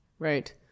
Right